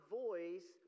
voice